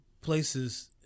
places